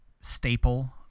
staple